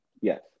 Yes